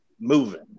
moving